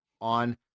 on